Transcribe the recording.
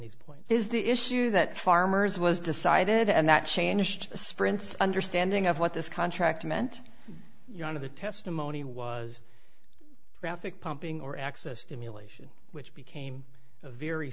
these points is the issue that farmers was decided and that changed misprints understanding of what this contract meant you know out of the testimony was graphic pumping or access stimulation which became a very